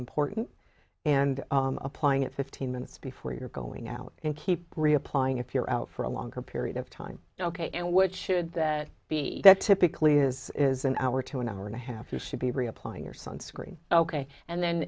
important and applying it fifteen minutes before you're going out and keep reapplying if you're out for a longer period of time ok and what should that be that typically is is an hour to an hour and a half you should be reapplying your sunscreen ok and then